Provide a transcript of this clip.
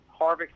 Harvick